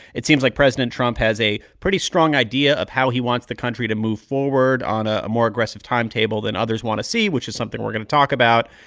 it seems like president trump has a pretty strong idea of how he wants the country to move forward on a a more aggressive timetable than others want to see, which is something we're going to talk about.